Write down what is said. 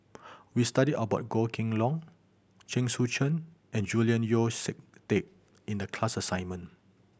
we studied about Goh Kheng Long Chen Sucheng and Julian Yeo See Teck in the class assignment